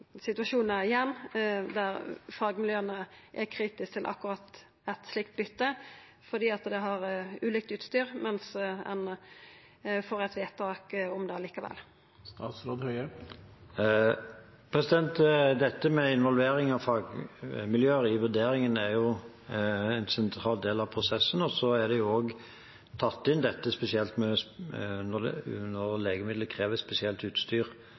igjen der fagmiljøa er kritiske til akkurat eit slikt byte fordi det er ulikt utstyr, mens ein likevel får eit vedtak om det. Det med involvering av fagmiljøer i vurderingen er en sentral del av prosessen. Dette er også tatt inn spesielt når legemiddel krever spesielt utstyr, at det skal vektlegges som tema i vurderingen. Men er det